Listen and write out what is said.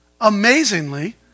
Amazingly